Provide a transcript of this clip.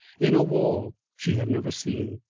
in a wall she had never seen,